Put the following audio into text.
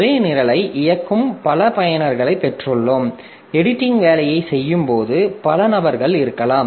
ஒரே நிரலை இயக்கும் பல பயனர்களை பெற்றுள்ளோம் எடிட்டிங் வேலையைச் செய்யும் பல நபர்கள் இருக்கலாம்